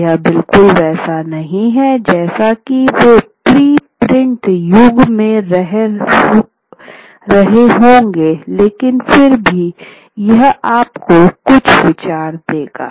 तो यह बिल्कुल वैसा नहीं है जैसा कि वे प्री प्रिंट युग में रहे होंगे लेकिन फिर भी यह आपको कुछ विचार देगा